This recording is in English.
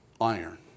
iron